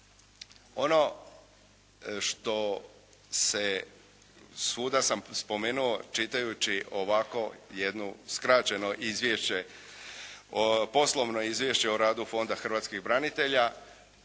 Ono što se svuda sam spomenuo čitajući ovako jednu skraćeno izvješće, poslovno izvješće o radu Fonda hrvatskih branitelja,